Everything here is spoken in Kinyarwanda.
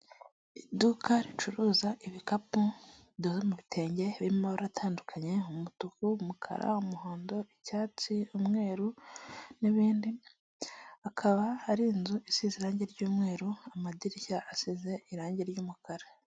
Iduka ricuruza ibikapu bidoze mu bitenge, birimo amabara atandukanye; umutuku, umukara, umuhondo, icyatsi, umweru, n'ibindi, akaba ari inzu isize irangi ry'umweru, amadirishya asize irangi ry'umukara.